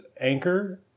anchor